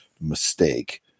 mistake